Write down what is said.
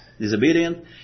Disobedient